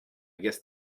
guess